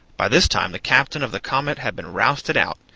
by this time the captain of the comet had been rousted out,